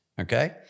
okay